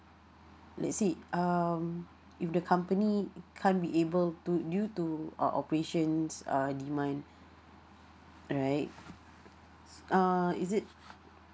let say um if the company can't be able to due to our operations uh demand right uh is it